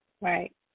Right